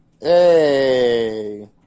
Hey